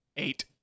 Eight